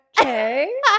okay